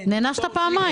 נענשת פעמיים.